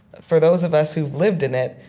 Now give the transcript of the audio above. for those of us who've lived in it,